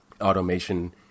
automation